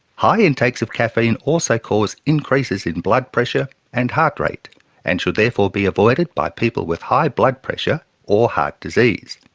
high intakes of caffeine also cause increases in blood pressure and heart rate and should therefore be avoided by people with high blood pressure or heart disease.